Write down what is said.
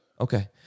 Okay